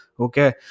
Okay